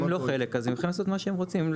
אם הם לא חלק הם יכולים לעשות מה שהם רוצים,